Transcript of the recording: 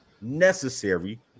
necessary